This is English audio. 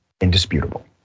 indisputable